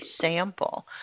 sample